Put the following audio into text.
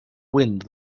wind